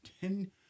Ten